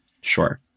sure